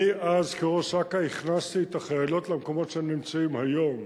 אני אז כראש אכ"א הכנסתי את החיילות למקומות שהן נמצאות היום.